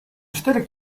cztery